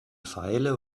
feile